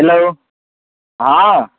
hello हँ